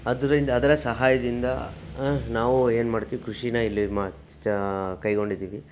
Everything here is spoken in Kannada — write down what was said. ಅದರಿಂದ ಆದರ ಸಹಾಯದಿಂದ ನಾವು ಏನು ಮಾಡ್ತೀವಿ ಕೃಷಿನ ಇಲ್ಲಿ ಕೈಗೊಂಡಿದ್ದೀವಿ